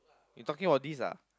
you talking about this ah